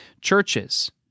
Churches